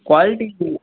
quality